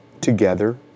together